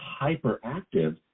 hyperactive